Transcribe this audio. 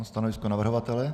Stanovisko navrhovatele?